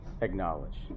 acknowledge